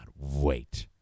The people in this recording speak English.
wait